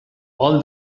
all